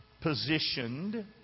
positioned